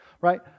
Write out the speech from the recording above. right